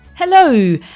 Hello